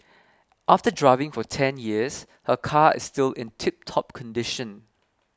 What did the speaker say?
after driving for ten years her car is still in tiptop condition